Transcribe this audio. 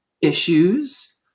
issues